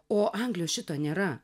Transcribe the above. o anglijoj šito nėra